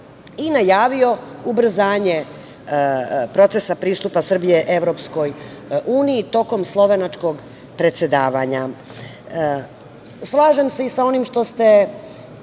i najavio ubrzanje procesa pristupa Srbije EU tokom slovenačkog predsedavanja. Slažem se i sa onim što ste